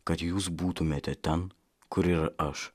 kad jūs būtumėte ten kur ir aš